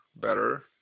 better